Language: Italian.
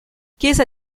chiesa